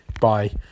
Bye